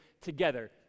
together